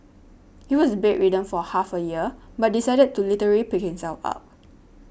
he was bedridden for half a year but decided to literally pick himself up